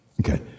Okay